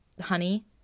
honey